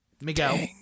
Miguel